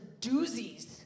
doozies